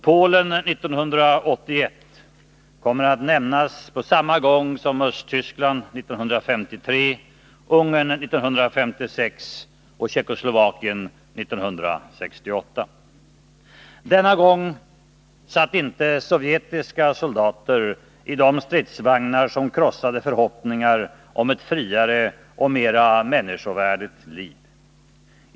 Polen 1981 kommer att nämnas på samma gång som Östtyskland 1953, Ungern 1956 och Tjeckoslovakien 1968. Denna gång satt inte sovjetiska soldater i de stridsvagnar som krossade förhoppningar om ett friare och mera människovärdigt liv.